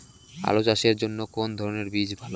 আলু চাষের জন্য কোন ধরণের বীজ ভালো?